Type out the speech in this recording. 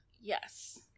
Yes